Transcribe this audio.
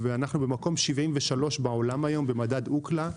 אנחנו במקום 73 בעולם היום במדד UCLA,